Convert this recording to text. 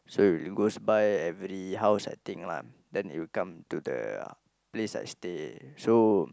so it goes by every house I think lah then it will come to the place I stay so